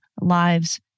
lives